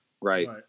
right